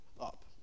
up